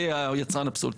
יצרן הפסולת.